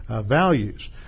values